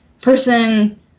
person